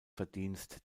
verdienst